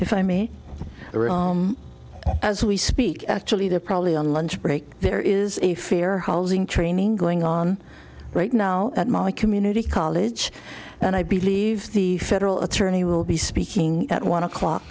if i may as we speak actually they're probably on lunch break there is a fair housing training going on right now at my community college and i believe the federal attorney will be speaking at one o'clock